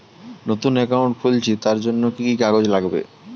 নতুন অ্যাকাউন্ট খুলছি তার জন্য কি কি কাগজ লাগবে?